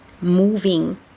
moving